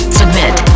submit